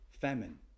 famine